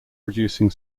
producing